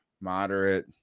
moderate